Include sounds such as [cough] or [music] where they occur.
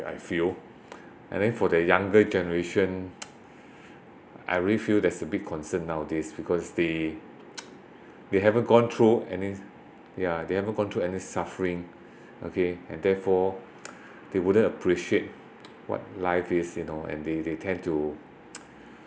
I feel and then for the younger generation [noise] I really feel there's a big concern nowadays because they [noise] they haven't gone through any ya they haven't gone through any suffering okay and therefore they wouldn't appreciate what life is you know and they they tend to [noise]